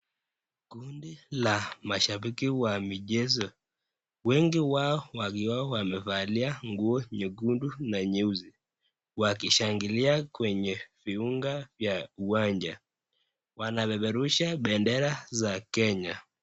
Kundi la mashabiki wa michezo. Wengi wao wakiwa wamevalia nguo nyekundu na nyeusi wakishangilia kwenye viunga vya uwanja, wanapeperusha bendera za Kenya.